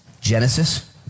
Genesis